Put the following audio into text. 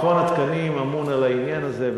מכון התקנים אמון על העניין הזה,